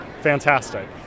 fantastic